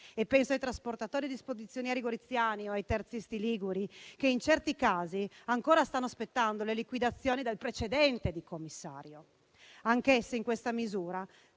Penso ai trasportatori e agli spedizionieri goriziani o ai terzisti liguri, che in certi casi ancora stanno aspettando le liquidazioni del precedente commissario. Anch'essi in questa misura